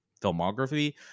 filmography